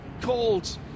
called